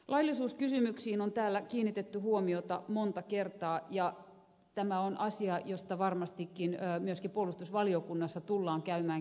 laillisuuskysymyksiin on täällä kiinnitetty huomiota monta kertaa ja tämä on asia josta varmastikin myöskin puolustusvaliokunnassa tullaan käymään keskustelua